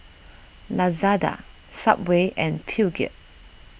Lazada Subway and Peugeot